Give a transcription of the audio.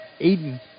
Aiden